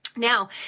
Now